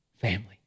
family